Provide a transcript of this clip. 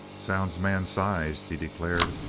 sounds man-sized, he declared.